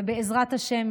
בעזרת השם,